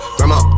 Grandma